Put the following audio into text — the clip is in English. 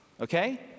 okay